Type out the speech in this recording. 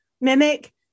mimic